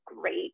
great